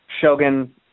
Shogun